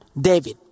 David